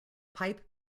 pipe